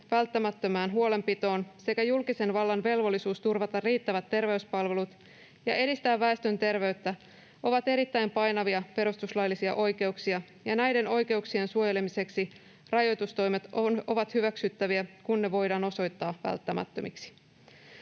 välttämättömään huolenpitoon sekä julkisen vallan velvollisuus turvata riittävät terveyspalvelut ja edistää väestön terveyttä ovat erittäin painavia perustuslaillisia oikeuksia ja näiden oikeuksien suojelemiseksi rajoitustoimet ovat hyväksyttäviä, kun ne voidaan osoittaa välttämättömiksi.